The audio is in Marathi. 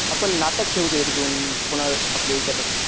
आपण नाटक ठेवूत एक दोन कोणा आपल्या याच्यापासून